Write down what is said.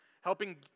helping